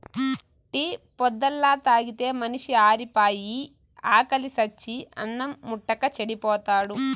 tea పొద్దల్లా తాగితే మనిషి ఆరిపాయి, ఆకిలి సచ్చి అన్నిం ముట్టక చెడిపోతాడు